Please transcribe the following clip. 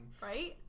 Right